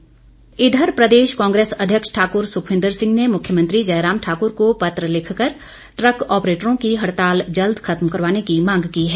सुक्खविंद्र इधर प्रदेश कांग्रेस अध्यक्ष ठाकुर सुक्खविंद्र सिंह ने मुख्यमंत्री जयराम ठाकुर को पत्र लिखकर ट्रक ऑपरेटरों की हड़ताल जल्द खत्म करवाने की मांग की है